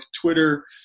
Twitter